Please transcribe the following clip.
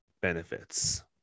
benefits